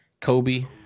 Kobe